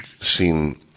seen